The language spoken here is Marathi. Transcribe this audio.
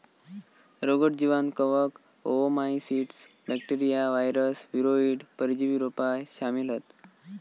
रोगट जीवांत कवक, ओओमाइसीट्स, बॅक्टेरिया, वायरस, वीरोइड, परजीवी रोपा शामिल हत